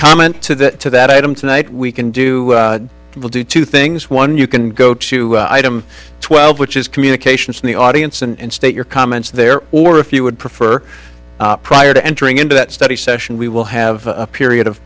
comment to that to that item tonight we can do that will do two things one you can go to item twelve which is communication from the audience and state your comments there or if you would prefer prior to entering into that study session we will have a period of